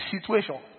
situation